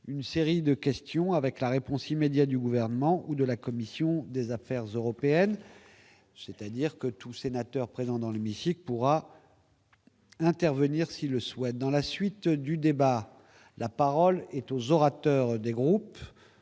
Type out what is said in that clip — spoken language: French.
une série de questions avec la réponse immédiate du gouvernement ou de la commission des affaires européennes, c'est-à-dire que tout sénateurs présents dans l'hémicycle, pourra intervenir s'il le souhaite, dans la suite du débat, la parole est aux orateurs des groupes